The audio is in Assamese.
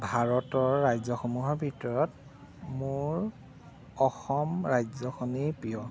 ভাৰতৰ ৰাজ্যসমূহৰ ভিতৰত মোৰ অসম ৰাজ্যখনেই প্ৰিয়